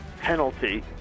penalty